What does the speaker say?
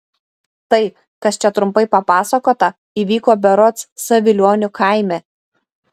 tai kas čia trumpai papasakota įvyko berods savilionių kaime